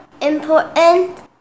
important